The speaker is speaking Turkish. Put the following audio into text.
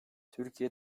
türkiye